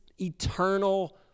eternal